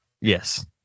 yes